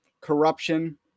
corruption